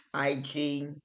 IG